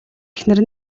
эхнэр